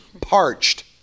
parched